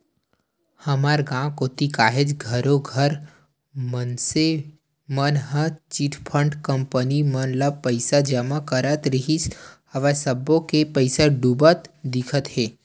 हमर गाँव कोती काहेच घरों घर मनसे मन ह चिटफंड कंपनी मन म पइसा जमा करत रिहिन हवय सब्बो के पइसा डूबत दिखत हे